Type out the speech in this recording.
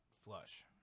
flush